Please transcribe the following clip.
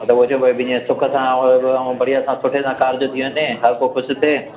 हा भई हुजे सुख सां ऐं बढ़िया सां सुठे सां कार्जु थी वञे हर को ख़ुशि थिए